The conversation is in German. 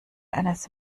eines